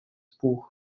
buch